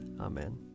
Amen